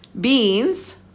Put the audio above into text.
beans